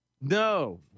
no